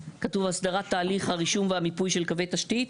כתוב "אסדרת תהליך הרישום והמיפוי של קווי תשתית"